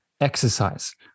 exercise